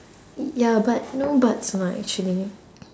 ya but no buts lah actually